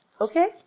okay